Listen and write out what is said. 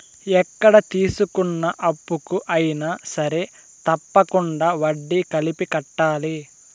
ఎక్కడ తీసుకున్న అప్పుకు అయినా సరే తప్పకుండా వడ్డీ కలిపి కట్టాలి